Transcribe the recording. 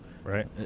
Right